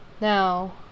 Now